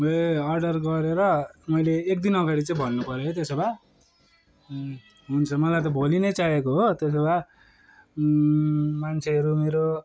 ए order गरेर मैले एकदिन अगाडि चाहिँ भन्नुपऱ्यो है त्यसो भए हुन्छ मलाई त भोलि नै चाहिएको हो त्यसो भए मान्छेहरू मेरो